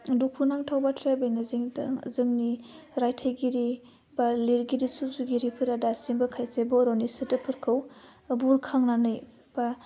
दुखुनांथाव बाथ्राया बेनो दा जोंनि रायथाइगिरि बा लिरगिरि सुजुगिरिफोरा दासिमबो खायसे बर'नि सोदोबखौ बुरखांनानै बा